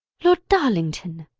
lord darlington.